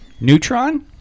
Neutron